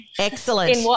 Excellent